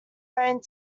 wearing